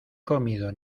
comido